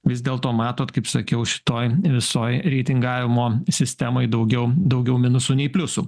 vis dėlto matot kaip sakiau šitoj visoj reitingavimo sistemoj daugiau daugiau minusų nei pliusų